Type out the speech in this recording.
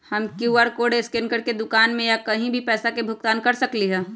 हम QR code scan करके दुकान में या कहीं भी पैसा के भुगतान कर सकली ह?